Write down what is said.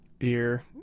ear